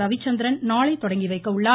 ரவிசந்திரன் நாளை தொடங்கிவைக்க உள்ளார்